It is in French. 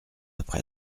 après